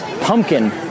pumpkin